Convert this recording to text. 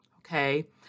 Okay